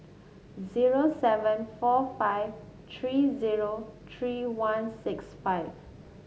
zero seven four five three zero three one six five